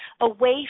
away